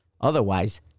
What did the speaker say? Otherwise